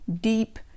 deep